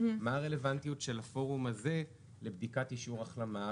מה הרלוונטיות של הפורום הזה לבדיקת אישור החלמה?